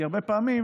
כי הרבה פעמים